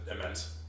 immense